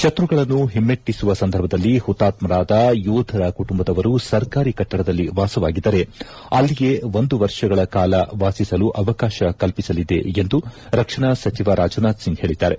ಶತ್ರುಗಳನ್ನು ಹಿಮ್ನೆಟ್ಲಿಸುವ ಸಂದರ್ಭದಲ್ಲಿ ಹುತಾತ್ತರಾದ ಯೋಧರ ಕುಟುಂಬದವರು ಸರ್ಕಾರಿ ಕಟ್ಟಡದಲ್ಲಿ ವಾಸವಾಗಿದ್ದರೆ ಅಲ್ಲಿಯೇ ಒಂದು ವರ್ಷಗಳ ಕಾಲ ವಾಸಿಸಲು ಅವಕಾಶ ಕಲ್ಪಿಸಲಿದೆ ಎಂದು ರಕ್ಷಣಾ ಸಚಿವ ರಾಜನಾಥ್ ಸಿಂಗ್ ಹೇಳಿದ್ದಾರೆ